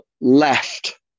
left